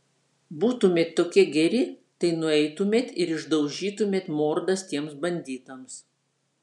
būtumėt tokie geri tai nueitumėt ir išdaužytumėt mordas tiems banditams